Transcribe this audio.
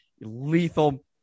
lethal